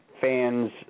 fans